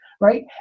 Right